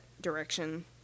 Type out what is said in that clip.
direction